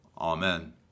Amen